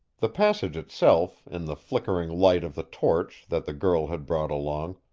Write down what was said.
the passage itself, in the flickering light of the torch that the girl had brought along,